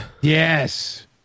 Yes